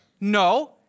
No